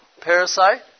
parasite